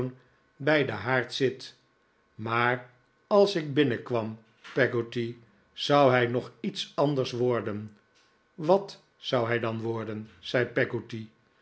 bij den haard zit maar als ik binnenkwam peggotty zou hij nog iets anders worden wat zou hij dan worden zei